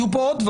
יהיו פה דברים,